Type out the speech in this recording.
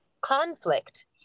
conflict